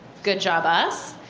good job, us.